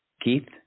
Keith